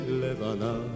levana